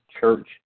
Church